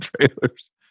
trailers